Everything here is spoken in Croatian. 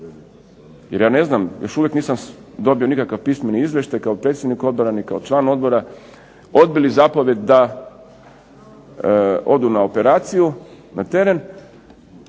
jer ja ne znam, još uvijek nisam dobio nikakav pismeni izvještaj kao predsjednik odbora, ni kao član odbora, odbili zapovijed da odu na operaciju, na teren.